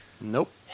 Nope